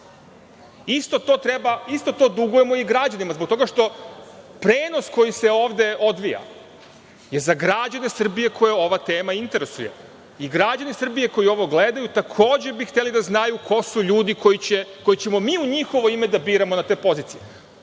ne. Isto to dugujemo i građanima zbog toga što prenos koji se ovde odvija je za građane Srbije koje ova tema interesuje i građani Srbije koji ovo gledaju takođe bi hteli da znaju ko su ljudi koje ćemo mi u njihovo ime da biramo na te pozicije.